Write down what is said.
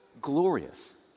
glorious